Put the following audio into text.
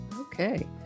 Okay